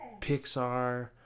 Pixar